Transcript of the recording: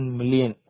million